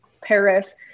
Paris